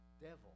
devil